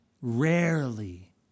rarely